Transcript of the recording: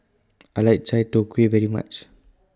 I like Chai Tow Kway very much